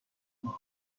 ماه